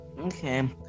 Okay